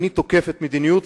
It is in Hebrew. אני תוקף את המדיניות,